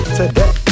today